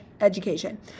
education